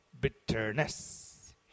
bitterness